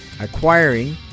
acquiring